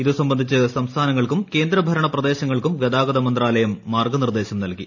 ഇതു സംബന്ധിച്ച് സംസ്ഥാനങ്ങൾക്കും കേന്ദ്ര ഭരണപ്രദേശങ്ങൾക്കും ഗതാഗത മന്ത്രാലയം മാർഗ നിർദ്ദേശം നൽകി